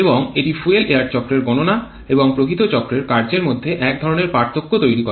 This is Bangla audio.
এবং এটি ফুয়েল এয়ার চক্রের গননা এবং প্রকৃত চক্রের কার্যের মধ্যে এক ধরণের পার্থক্য তৈরি করে